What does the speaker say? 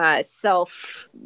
Self